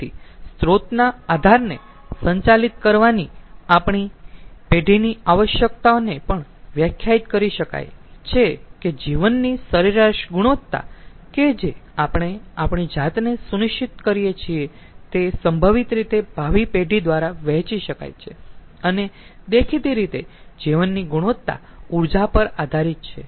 તેથી સ્રોતનાઆધારને સંચાલિત કરવાની આપણી પેઢીની આવશ્યકતાને પણ વ્યાખ્યાયિત કરી શકાય છે કે જીવનની સરેરાશ ગુણવત્તા કે જે આપણે આપણી જાતને સુનિશ્ચિત કરીયે છીએ તે સંભવિત રીતે બધી ભાવિ પેઢી દ્વારા વહેંચી શકાય છે અને દેખીતી રીતે જીવનની ગુણવત્તા ઉર્જા પર આધારીત છે